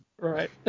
right